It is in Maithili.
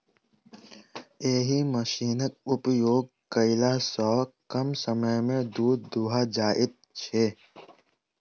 एहि मशीनक उपयोग कयला सॅ कम समय मे दूध दूहा जाइत छै